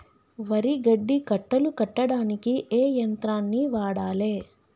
వరి గడ్డి కట్టలు కట్టడానికి ఏ యంత్రాన్ని వాడాలే?